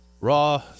Raw